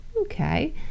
Okay